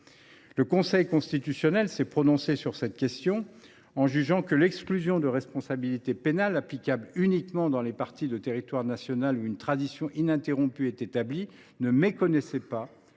Le Conseil constitutionnel s’est prononcé sur cette question. Dans une décision du 21 septembre 2012, il a jugé que l’exclusion de responsabilité pénale applicable uniquement dans les parties de territoire national où une tradition ininterrompue est établie ne méconnaissait pas